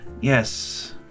Yes